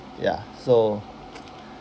ya so